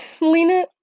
Lena